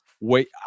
wait